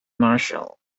marshal